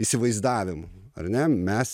įsivaizdavimų ar ne mes